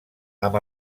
amb